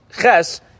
Ches